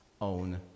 own